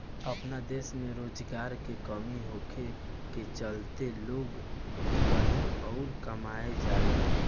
आपन देश में रोजगार के कमी होखे के चलते लोग कही अउर कमाए जाता